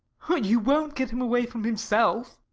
you won't get him away from himself.